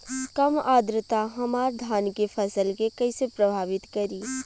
कम आद्रता हमार धान के फसल के कइसे प्रभावित करी?